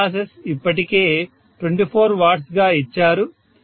iron losses ఇప్పటికే 24Wగా ఇచ్చారు